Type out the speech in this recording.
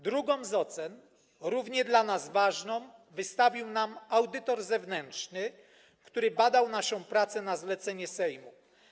Drugą z ocen, równie dla nas ważną, wystawił nam audytor zewnętrzny, który badał naszą pracę na zlecenie Sejmu.